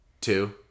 two